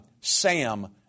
Sam